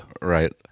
Right